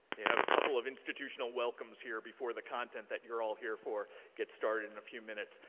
have a couple of institutional welcomes here before the content that you're all here for get started in a few minutes.